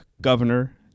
governor